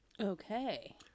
Okay